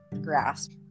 grasp